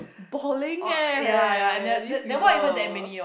balling eh these people